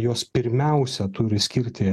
jos pirmiausia turi skirti